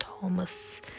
Thomas